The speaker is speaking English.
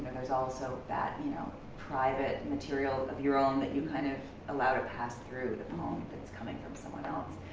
there's also that you know private material of your own that you kind of allow to pass through the poem that's coming from someone else.